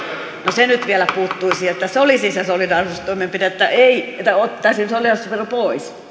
se nyt vielä puuttuisi että se olisi se solidaarisuustoimenpide että otettaisiin solidaarisuusvero pois